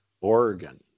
Oregon